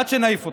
עד שנעיף אתכם.